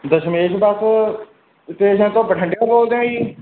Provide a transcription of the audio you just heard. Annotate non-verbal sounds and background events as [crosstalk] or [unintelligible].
ਦਸ਼ਮੇਸ਼ ਬੱਸ [unintelligible] ਬਠਿੰਡਿਓਂ ਬੋਲਦੇ ਹੋ ਜੀ